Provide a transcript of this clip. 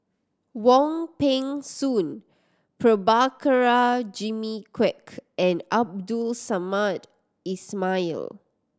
Wong Peng Soon Prabhakara Jimmy Quek and Abdul Samad Ismail